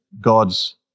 God's